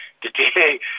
today